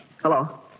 Hello